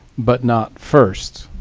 but not first,